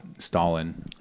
Stalin